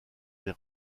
des